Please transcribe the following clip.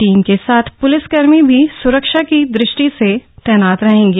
team के साथ प्लिसकर्मी भी सुरक्षा की दृष्टि से तैनात रहेंगे